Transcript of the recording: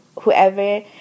whoever